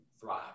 thrive